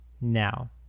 now